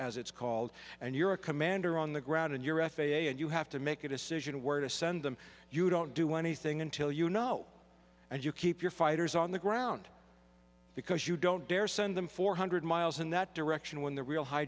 as it's called and you're a commander on the ground in your f a a and you have to make a decision where to send them you don't do anything until you know and you keep your fighters on the ground because you don't dare send them four hundred miles in that direction when the real hi